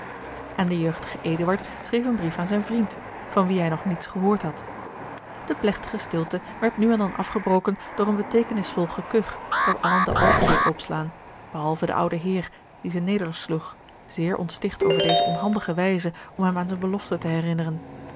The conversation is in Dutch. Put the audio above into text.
en de jeugdige eduard schreef een brief aan zijn vriend van wien hij nog niets gehoord had de plegtige stilte werd nu en dan afgebroken door een beteekenisvol gekuch dat allen de oogen deed opslaan behalve den ouden heer die ze nedersloeg zeer ontsticht over deze onhandige wijze om hem aan zijne belofte te herinneren